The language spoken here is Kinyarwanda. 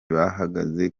bahagaze